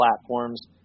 platforms